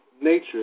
nature